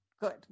Good